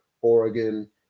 Oregon